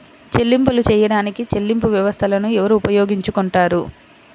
చెల్లింపులు చేయడానికి చెల్లింపు వ్యవస్థలను ఎవరు ఉపయోగించుకొంటారు?